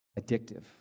addictive